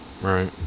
Right